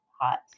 hot